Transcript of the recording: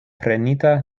prenita